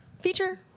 feature